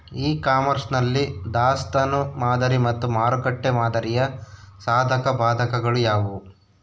E commerce ನಲ್ಲಿ ದಾಸ್ತನು ಮಾದರಿ ಮತ್ತು ಮಾರುಕಟ್ಟೆ ಮಾದರಿಯ ಸಾಧಕಬಾಧಕಗಳು ಯಾವುವು?